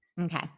Okay